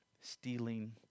stealing